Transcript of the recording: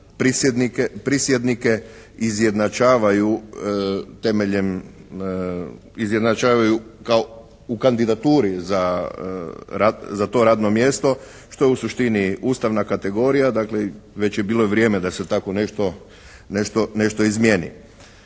temeljem, izjednačavaju u kandidaturi za to radno mjesto što je u suštini ustavna kategorija, dakle već je bilo i vrijeme da se tako nešto izmijeni.